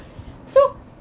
so